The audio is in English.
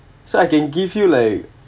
so I can give you like